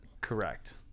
Correct